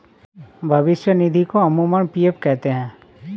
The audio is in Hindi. भविष्य निधि को अमूमन पी.एफ कहते हैं